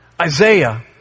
Isaiah